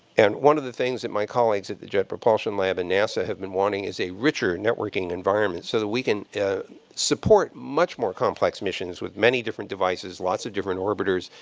and one of the things that my colleagues at the jet propulsion lab and nasa have been wanting is a richer networking environment so that we can support much more complex missions with many different devices, lots of different orbiters,